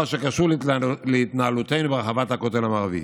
אשר קשור להתנהלותנו ברחבת הכותל המערבי.